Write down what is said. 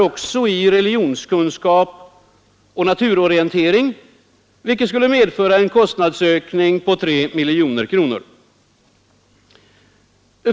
också i religionskunskap och naturorientering, vilket skulle medföra en kostnadsökning på 3 miljoner kronor.